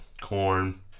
corn